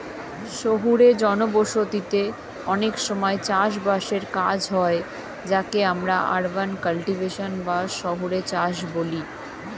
শহুরে জনবসতিতে অনেক সময় চাষ বাসের কাজ হয় যাকে আমরা আরবান কাল্টিভেশন বা শহুরে চাষ বলি